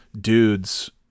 dudes